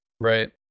Right